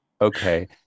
okay